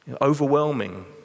overwhelming